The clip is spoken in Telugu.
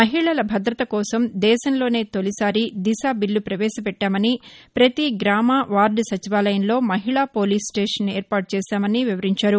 మహిళల భద్రత కోసం దేశంలోనే తొలిసారి దిశ బిల్లు పవేశపెట్టామని పతి గ్రామ వార్డు సచివాలయంలో మహిళా పోలీసు స్లేషన్ను ఏర్పాటు చేశామని వివరించారు